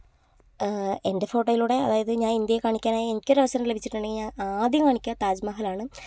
എൻ്റെ ഫോട്ടോയിലൂടെ അതായത് ഞാൻ ഇന്ത്യയെ കാണിക്കാനായി എനിക്കൊരവസരം ലഭിച്ചിട്ടുണ്ടെങ്കിൽ ഞാൻ ആദ്യം കാണിക്കുക താജ് മഹൽ ആണ്